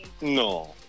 No